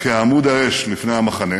כעמוד האש לפני המחנה